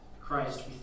Christ